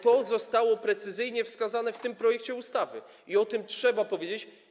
To zostało precyzyjnie wskazane w tym projekcie ustawy i o tym trzeba powiedzieć.